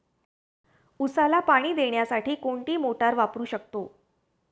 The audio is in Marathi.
उसाला पाणी देण्यासाठी कोणती मोटार वापरू शकतो?